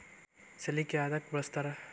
ಸಲಿಕೆ ಯದಕ್ ಬಳಸ್ತಾರ?